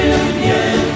union